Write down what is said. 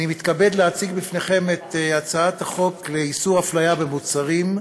אני מתכבד להציג בפניכם את הצעת החוק לאיסור הפליה במוצרים,